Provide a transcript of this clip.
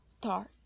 dark